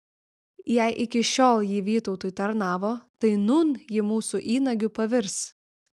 jei iki šiol ji vytautui tarnavo tai nūn ji mūsų įnagiu pavirs